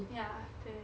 ya 对